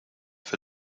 for